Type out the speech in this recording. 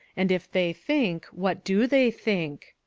and, if they think, what do they think?